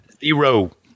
Zero